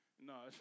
No